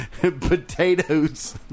Potatoes